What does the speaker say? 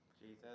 Jesus